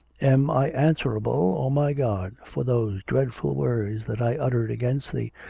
am i answerable, o my god, for those dreadful words that i uttered against thee,